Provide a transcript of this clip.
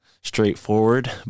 straightforward